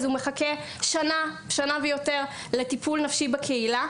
אז הוא מחכה שנה ויותר לטיפול נפשי בקהילה,